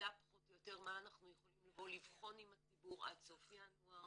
נדע פחות או יותר מה אנחנו יכולים לבוא לבחון עם הציבור עד סוף ינואר,